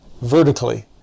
vertically